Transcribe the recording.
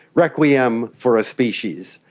requiem for a species.